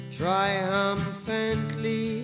triumphantly